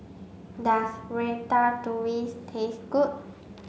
does Ratatouille taste good